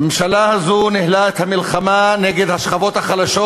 הממשלה הזאת ניהלה את המלחמה נגד השכבות החלשות